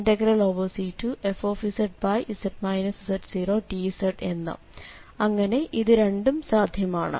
അങ്ങനെ ഇതും സാധ്യമാണ്